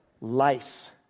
Lice